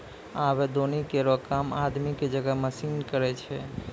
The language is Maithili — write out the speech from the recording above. आबे दौनी केरो काम आदमी क जगह मसीन करै छै